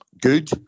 Good